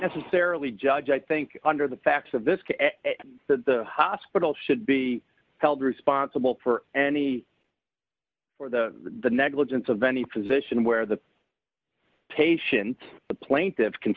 necessarily judge i think under the facts of this case that the hospital should be held responsible for any for the the negligence of any physician where the patient the plaintiffs can